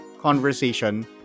conversation